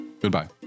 Goodbye